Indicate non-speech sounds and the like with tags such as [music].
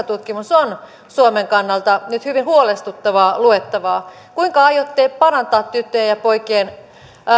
[unintelligible] tutkimus on suomen kannalta nyt hyvin huolestuttavaa luettavaa kuinka aiotte parantaa tyttöjen ja poikien